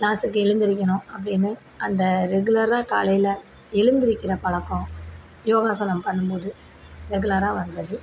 க்ளாஸுக்கு எழுந்திரிக்கணும் அப்படின்னு அந்த ரெகுலராக காலையில் எழுந்திருக்கிற பழக்கம் யோகாசனம் பண்ணும்போது ரெகுலராக வந்தது